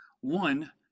One